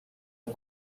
est